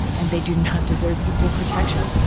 and they do not deserve equal protection.